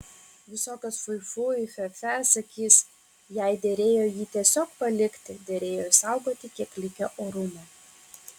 visokios fui fui fe fe sakys jai derėjo jį tiesiog palikti derėjo išsaugoti kiek likę orumo